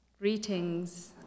Greetings